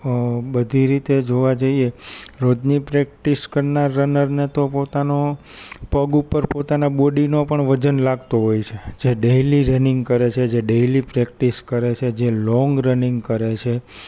બધી રીતે જોવા જઈએ રોજની પ્રેકટીસ કરનાર રનરને તો પોતાનો પગ ઉપર પોતાના બોડીનો પણ વજન લાગતો હોય છે જે ડેઈલી રનિંગ કરે છે જે ડેઈલી પ્રેકટીસ કરે છે જે લોંગ રનિંગ કરે છે